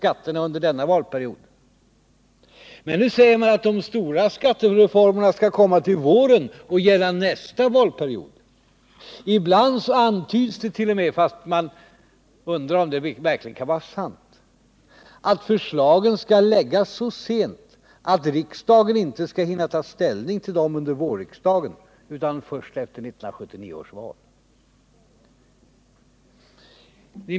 Nu säger man att de stora skattereformerna skall komma till våren och gälla nästa valperiod. Ibland antydst.o.m. — fast jag undrar om det verkligen kan vara sant —att förslagen skall läggas så sent, att riksdagen inte skall hinna ta ställning till dem under vårriksdagen, utan först efter 1979 års val.